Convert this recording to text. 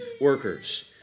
workers